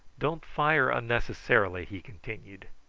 don't fire unnecessarily, he continued.